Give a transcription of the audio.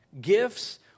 Gifts